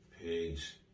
Peace